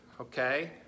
okay